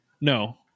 No